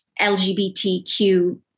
LGBTQ